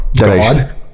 God